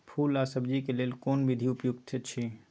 फूल आ सब्जीक लेल कोन विधी उपयुक्त अछि?